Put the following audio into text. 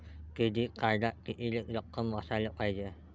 Credit कार्डात कितीक रक्कम असाले पायजे?